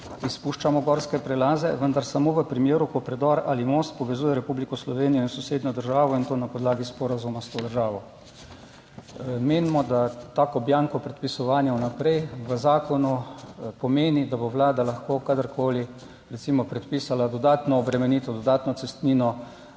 izpuščamo gorske prelaze, vendar samo v primeru, ko predor ali most povezuje Republiko Slovenijo in sosednjo državo in to na podlagi sporazuma s to državo." Menimo, da tako bianko predpisovanja vnaprej v zakonu pomeni, da bo Vlada lahko kadarkoli recimo predpisala dodatno obremenitev, dodatno cestnino